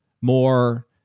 more